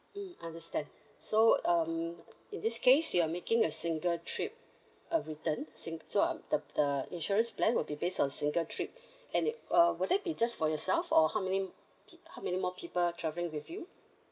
mm understand so um in this case you're making a single trip a return sin~ so um the the insurance plan would be based on single trip and it uh would it be just for yourself or how many peo~ how many more people travelling with you